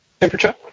temperature